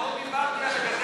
לא דיברתי על הגדר,